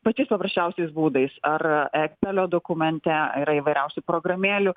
pačiais paprasčiausiais būdais ar ekselio dokumente yra įvairiausių programėlių